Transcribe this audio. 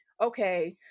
okay